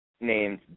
named